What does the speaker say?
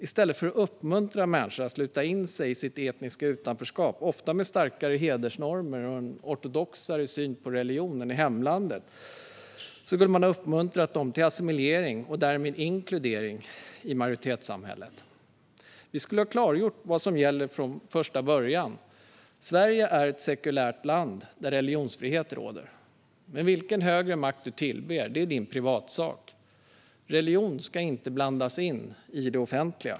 I stället för att uppmuntra människor att sluta in sig i sitt etniska utanförskap, ofta med starkare hedersnormer och en ortodoxare syn på religion än i hemlandet, skulle man ha uppmuntrat dem till assimilering och därmed inkludering i det svenska majoritetssamhället. Vi skulle ha klargjort för dem vad som gäller från första början: Sverige är ett sekulärt land där religionsfrihet råder. Vilken högre makt du tillber är din privatsak. Religion ska inte blandas in i det offentliga.